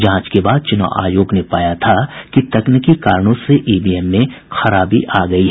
जांच के बाद चुनाव आयोग ने पाया था कि तकनीकी कारणों से ईवीएम में खराबी आ गई थी